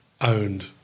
owned